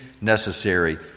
necessary